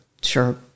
sure